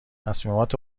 تصمیمات